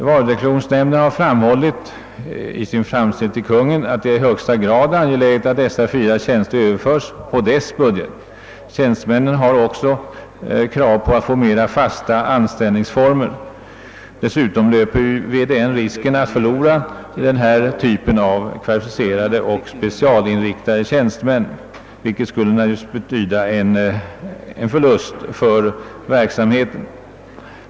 Varudeklarationsnämnden har i sin framställning till Kungl. Maj:t framhållit, att det är i högsta grad angeläget att dessa fyra tjänster överförs till dess budget. Tjänstemännen har också krav på att få fastare anställningsformer. Dessutom löper varudeklarationsnämnden risken att förlora denna typ av kvalificerade och specialinriktade tjänstemän, vilket naturligtvis skulle betyda en förlust för verksamheten.